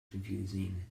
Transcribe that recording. confusing